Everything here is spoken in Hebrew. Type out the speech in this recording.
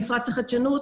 מפרץ החדשנות,